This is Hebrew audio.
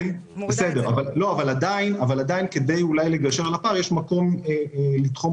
עדיין יש מקום לתחום